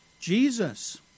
Jesus